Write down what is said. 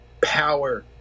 power